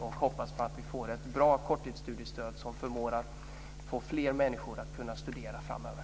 Jag hoppas att vi får ett bra korttidsstudiestöd som förmår att få fler människor att studera framöver.